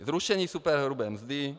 Zrušení superhrubé mzdy.